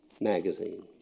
magazine